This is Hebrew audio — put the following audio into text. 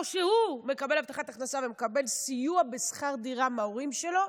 או שהוא מקבל הבטחת הכנסה ומקבל סיוע בשכר דירה מההורים שלו,